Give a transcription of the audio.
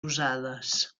usades